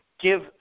give